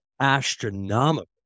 astronomical